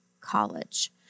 college